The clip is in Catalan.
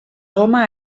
goma